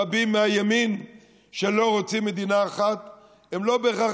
רבים מהימין שלא רוצים מדינה אחת לא בהכרח